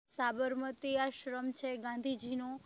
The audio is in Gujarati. સાબરમતી આશ્રમ છે ગાંધીજીનું